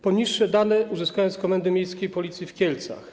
Poniższe dane uzyskałem z Komendy Miejskiej Policji w Kielcach.